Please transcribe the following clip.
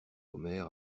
omer